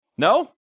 No